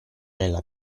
nella